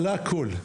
על הכל.